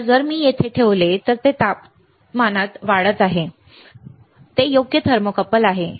आता जर मी ते येथे ठेवले तर ते तापमानात आहे हे योग्य थर्मोकूपल आहे